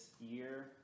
year